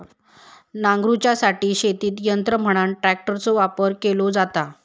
नांगरूच्यासाठी शेतीत यंत्र म्हणान ट्रॅक्टरचो वापर केलो जाता